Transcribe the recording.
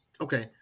Okay